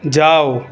যাও